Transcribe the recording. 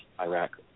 Iraq